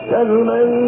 Gentlemen